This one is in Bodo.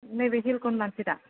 नैबे हिलखौनो लानसै दा